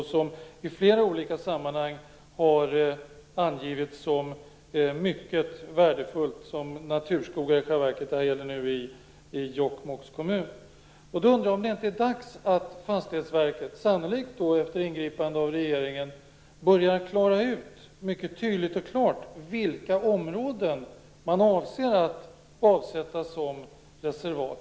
Det har i flera olika sammanhang angivits som mycket värdefullt - i själva verket som naturskog. Området finns i Jokkmokks kommun. Jag undrar om det inte är dags att Fastighetsverket, sannolikt efter ingripande från regeringen, börjar reda ut mycket tydligt och klart vilka områden man avser att avsätta som reservat.